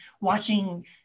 watching